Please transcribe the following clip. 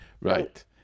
Right